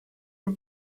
por